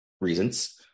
reasons